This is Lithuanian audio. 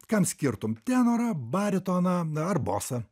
kam skirtum tenorą baritoną ar bosą